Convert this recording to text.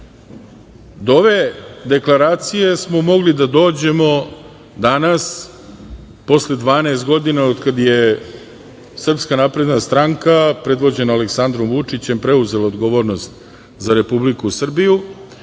ove Deklaracije smo mogli da dođemo danas posle 12 godina od kada je SNS, predvođena Aleksandrom Vučićem, preuzela odgovornost za Republiku Srbiju